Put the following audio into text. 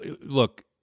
look